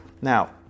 Now